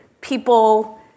people